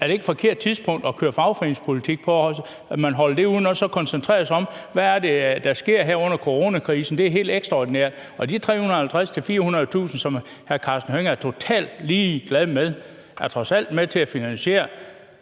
Er det ikke et forkert tidspunkt at føre fagforeningspolitik? Skal man ikke holde det udenfor og koncentrere sig om, hvad det er, der sker her under coronakrisen? For det er helt ekstraordinært. Og de 350.000-400.000 lønmodtagere, som hr. Karsten Hønge er totalt ligeglad med, er trods alt med til at finansiere